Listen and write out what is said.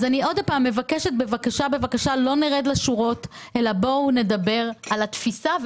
אני שוב מבקשת בבקשה שלא נרד לשורות אלא בואו נדבר על התפיסה.